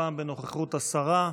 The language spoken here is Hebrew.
הפעם בנוכחות השרה.